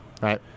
right